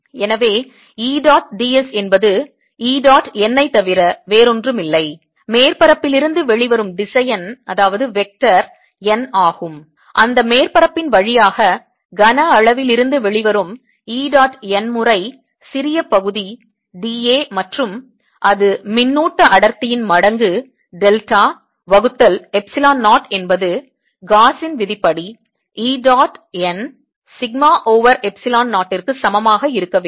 எனவே E dot d s என்பது E dot n ஐ தவிர வேறொன்றுமில்லை மேற்பரப்பில் இருந்து வெளிவரும் திசையன் n ஆகும் அந்த மேற்பரப்பின் வழியாக கன அளவில் இருந்து வெளிவரும் E dot n முறை சிறிய பகுதி d a மற்றும் அது மின்னூட்ட அடர்த்தி இன் மடங்கு டெல்டா வகுத்தல் எப்ஸிலோன் 0 என்பது காஸின் விதிப்படி E dot n sigma over epsilon 0 ற்கு சமமாக இருக்க வேண்டும்